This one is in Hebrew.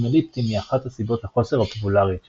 אליפטיים היא אחת הסיבות לחוסר הפופולריות שלהם.